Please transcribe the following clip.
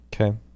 Okay